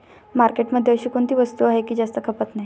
मार्केटमध्ये अशी कोणती वस्तू आहे की जास्त खपत नाही?